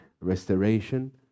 restoration